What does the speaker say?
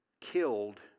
killed